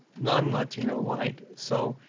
nonlatino white. so